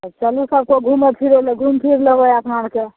चलु सब केओ घुमै फिरैला घुमि फिर लेबै अपना आरके